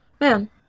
man